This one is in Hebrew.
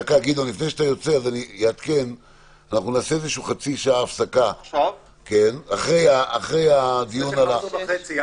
אנחנו נעשה חצי שעה הפסקה אחרי הדיון בעניין הזה,